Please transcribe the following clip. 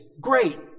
great